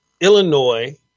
Illinois